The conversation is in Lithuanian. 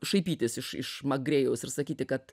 šaipytis iš iš makgrėjaus ir sakyti kad